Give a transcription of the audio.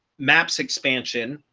maps expansion,